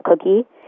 Cookie